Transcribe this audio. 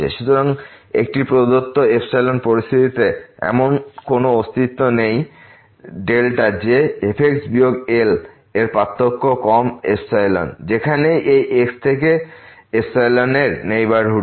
সুতরাং একটি প্রদত্ত পরিস্থিতিতে এমন কোন অস্তিত্ব নেই যে f বিয়োগ L এর পার্থক্য কম যেখানেই এই x এই থেকে এর নেইবারহুড এ